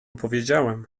powiedziałam